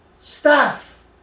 staff